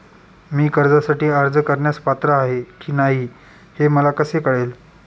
मी कर्जासाठी अर्ज करण्यास पात्र आहे की नाही हे मला कसे कळेल?